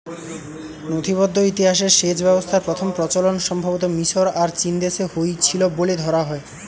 নথিবদ্ধ ইতিহাসে সেচ ব্যবস্থার প্রথম প্রচলন সম্ভবতঃ মিশর আর চীনদেশে হইছিল বলে ধরা হয়